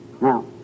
Now